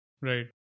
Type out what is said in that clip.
Right